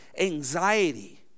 anxiety